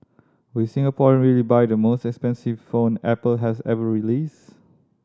will Singaporean really buy the most expensive phone Apple has ever released